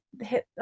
hit